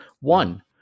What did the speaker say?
one